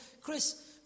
Chris